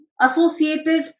associated